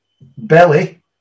Belly